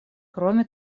кроме